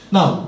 Now